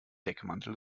deckmantel